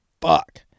fuck